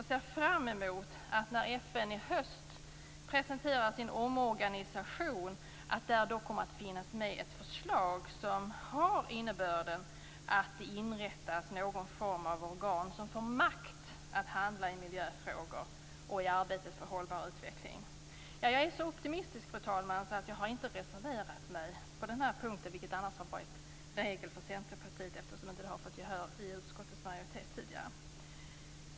Jag ser fram emot att det när FN i höst presenterar sin omorganisation kommer att finnas med ett förslag med innebörden att någon form av organ inrättas som får makt att handla i miljöfrågor och i arbetet för hållbar utveckling. Fru talman! Jag är så optimistisk att jag inte har reserverat mig på den här punkten. Det har ju annars varit en regel för Centerpartiet, eftersom detta inte har fått gehör i utskottets majoritet tidigare.